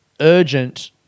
urgent